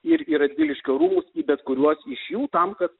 ir į radviliškio rūmus į bet kuriuos iš jų tam kad